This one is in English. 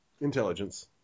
Intelligence